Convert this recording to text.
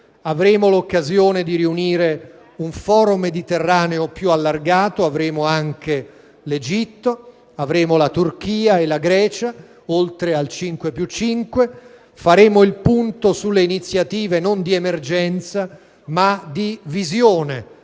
Avremo l'occasione di riunire un *forum* mediterraneo più allargato: avremo anche l'Egitto, la Turchia e la Grecia, oltre al «5 più 5». Faremo il punto sulle iniziative non di emergenza ma di visione